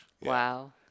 Wow